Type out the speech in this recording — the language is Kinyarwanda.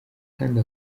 kandi